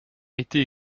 été